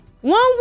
One